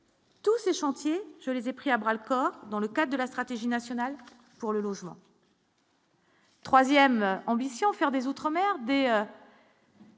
Tous ces chantiers, je les ai pris à bras le corps, dans le cas de la stratégie nationale pour le logement. 3ème ambition : faire des autres des.